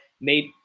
made